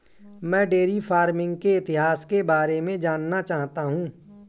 मैं dairy farming के इतिहास के बारे में जानना चाहता हूं